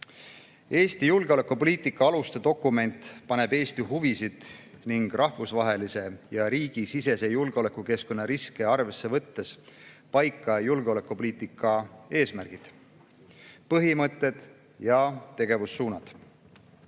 Eesti julgeolekupoliitika aluste dokument paneb Eesti huvisid ning rahvusvahelise ja riigisisese julgeolekukeskkonna riske arvesse võttes paika julgeolekupoliitika eesmärgid, põhimõtted ja tegevussuunad.